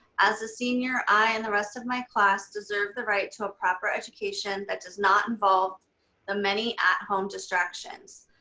as a senior, i and the rest of my class deserve the right to a proper education that does not involve the many at home distractions.